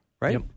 Right